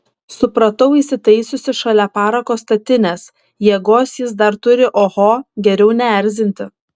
supratau įsitaisiusi šalia parako statinės jėgos jis dar turi oho geriau neerzinti